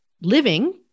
living